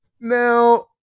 Now